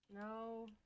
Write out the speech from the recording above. no